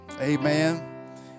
amen